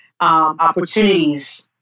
opportunities